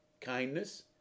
kindness